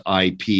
IP